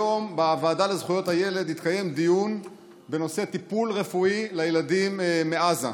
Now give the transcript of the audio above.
היום בוועדה לזכויות הילד התקיים דיון בנושא טיפול רפואי לילדים מעזה.